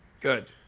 Good